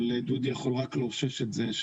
אבל רק דודי יכול לאושש את זה,